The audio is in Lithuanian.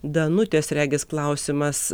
danutės regis klausimas